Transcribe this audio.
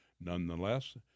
Nonetheless